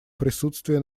присутствие